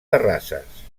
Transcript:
terrasses